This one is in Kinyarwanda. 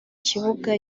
kibuga